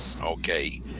okay